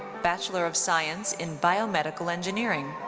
bachelor of science in biomedical engineering.